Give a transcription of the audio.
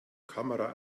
kamera